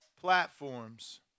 platforms